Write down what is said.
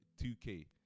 2K